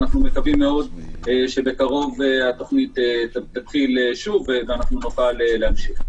אנחנו מקווים שבקרוב התוכנית תתחיל שוב ונוכל להמשיך.